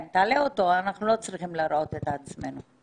אנחנו לא צריכים לראות את עצמנו.